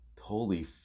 holy